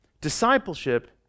Discipleship